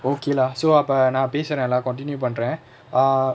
okay lah so அப்பே நா பேசுற:appae naa pesura lah continue பண்ற:pandra err